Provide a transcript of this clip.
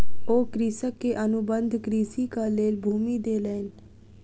ओ कृषक के अनुबंध कृषिक लेल भूमि देलैन